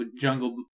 jungle